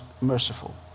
merciful